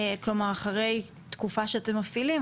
כלומר אחרי תקופה שאתם מפעילים,